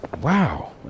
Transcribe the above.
wow